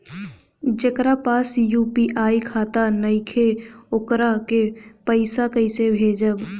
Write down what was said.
जेकरा पास यू.पी.आई खाता नाईखे वोकरा के पईसा कईसे भेजब?